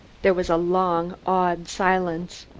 there was a long, awed silence.